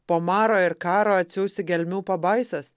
po maro ir karo atsiųsi gelmių pabaisas